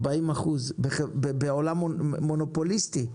40% בעולם מונופוליסטי.